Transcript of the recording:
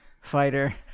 fighter